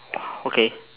!wah! okay